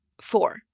four